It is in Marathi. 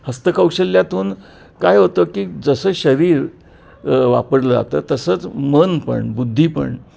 हस्तकौशल्यातून काय होतं की जसं शरीर वापरलं जातं तसंच मन पण बुद्धी पण